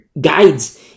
guides